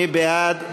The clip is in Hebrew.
מי בעד?